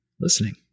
listening